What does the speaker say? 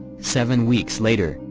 seven weeks later,